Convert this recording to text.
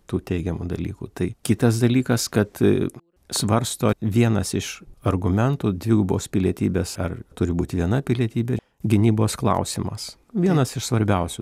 tų teigiamų dalykų tai kitas dalykas kad svarsto vienas iš argumentų dvigubos pilietybės ar turi būti viena pilietybė gynybos klausimas vienas iš svarbiausių